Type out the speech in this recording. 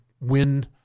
win